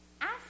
ask